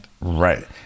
Right